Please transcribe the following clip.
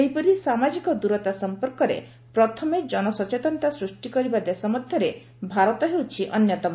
ସେହିପରି ସାମାଜିକ ଦୂରତା ସମ୍ପର୍କରେ ପ୍ରଥମେ ଜନସଚେତନତା ସୃଷ୍ଟି କରିବା ଦେଶ ମଧ୍ୟରେ ଭାରତ ହେଉଛି ଅନ୍ୟତମ